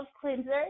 cleanser